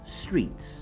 streets